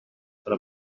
però